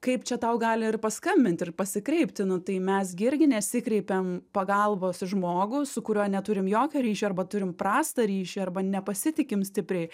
kaip čia tau gali ir paskambint ir pasikreipti nu tai mes gi irgi nesikreipiam pagalbos į žmogų su kuriuo neturim jokio ryšio arba turim prastą ryšį arba nepasitikim stipriai